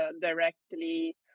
directly